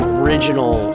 original